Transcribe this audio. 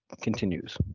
continues